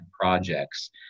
projects